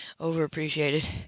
overappreciated